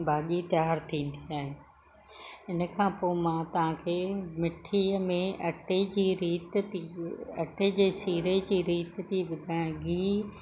भाॼी तयारु थींदी आहे हिन खां पोइ मां तव्हांखे मिठीअ में अटे जी रीति थी अटे जे सीरे जी रीति थी ॿुधायां थी